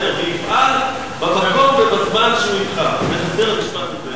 "יפעל במקום ובזמן שהוא יבחר".